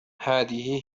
هذه